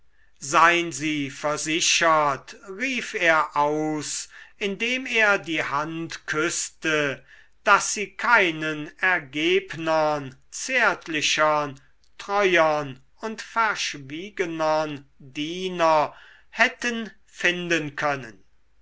sein sie versichert rief er aus indem er die hand küßte daß sie keinen ergebnern zärtlichern treuern und verschwiegenern diener hätten finden können